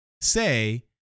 say